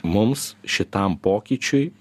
mums šitam pokyčiui